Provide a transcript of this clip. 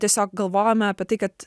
tiesiog galvojome apie tai kad